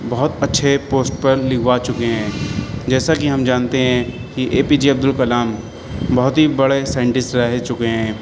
بہت اچھے پوسٹ پر لکھوا چکے ہیں جیسا کہ ہم جانتے ہیں کہ A P J Abdul Kalam بہت ہی بڑے سائنٹس رہ چکے ہیں